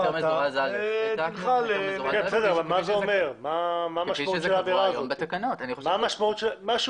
מה המשמעות של האמירה הזאת?